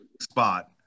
spot